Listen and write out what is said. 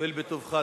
תואיל בטובך,